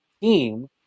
team